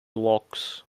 lochs